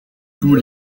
tous